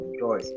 joy